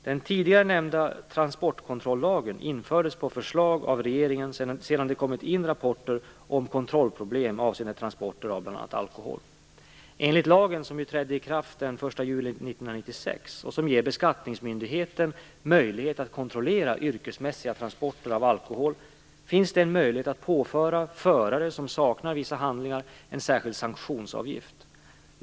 Den tidigare nämnda transportkontrollagen infördes på förslag av regeringen sedan det kommit in rapporter om kontrollproblem avseende transporter av bl.a. alkohol. och som ger beskattningsmyndigheten möjlighet att kontrollera yrkesmässiga transporter av bl.a. alkohol, finns det en möjlighet att påföra förare som saknar vissa handlingar en särskild sanktionsavgift.